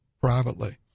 privately